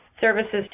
services